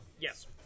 Yes